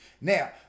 Now